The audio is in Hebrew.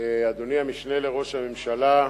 אדוני המשנה לראש הממשלה,